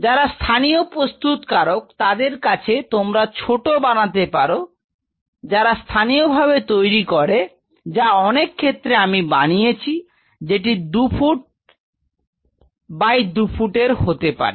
যারা স্থানীয় প্রস্তুতকারক তাদের কাছে তোমরা ছোট বানাতে পারো যারা স্থানীয়ভাবে তৈরী করে যা অনেক ক্ষেত্রে আমি বানিয়েছি যেটি 2 ফুট 2 ফুটের হতে পারে